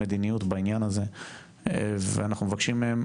מדיניות בעניין הזה ואנחנו מבקשים מהם,